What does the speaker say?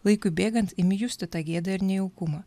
laikui bėgant imi justi tą gėdą ir nejaukumą